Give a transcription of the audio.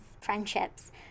friendships